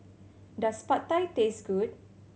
does Pad Thai taste good